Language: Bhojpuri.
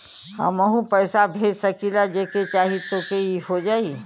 हमहू पैसा भेज सकीला जेके चाही तोके ई हो जाई?